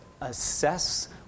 assess